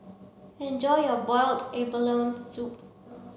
enjoy your boiled abalone soup